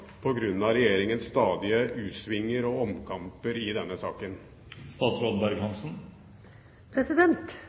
regjeringens stadige u-svinger og omkamper i denne saken?